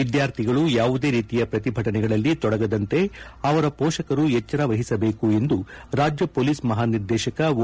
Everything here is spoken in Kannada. ವಿದ್ಯಾರ್ಥಿಗಳು ಯಾವುದೇ ರೀತಿಯ ಪ್ರತಿಭಟನೆಗಳಲ್ಲಿ ತೊಡಗದಂತೆ ಅವರ ಪೋಷಕರು ಎಚ್ಚರ ವಹಿಸಬೇಕು ಎಂದು ರಾಜ್ಯ ಪೊಲೀಸ್ ಮಹಾನಿರ್ದೇಶಕ ಓ